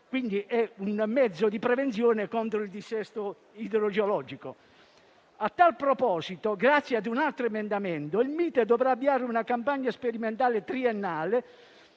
Quindi è un mezzo di prevenzione contro il dissesto idrogeologico. A tal proposito, grazie a un altro emendamento, il Mite dovrà avviare una campagna sperimentale triennale,